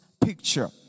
picture